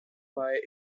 pie